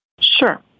Sure